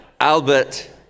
Albert